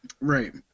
Right